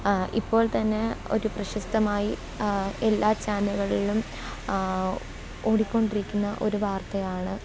ഇപ്പോൾത്തന്നെ ഒരു പ്രശസ്തമായി എല്ലാ ചാനകളിലും ഓടിക്കൊണ്ടിരിക്കുന്ന ഒരു വാർത്തയാണ്